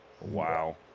Wow